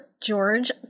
George